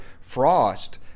Frost